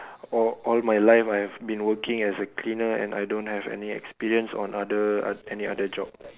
all all my life I have been working as a cleaner and I don't have any experience on other any other job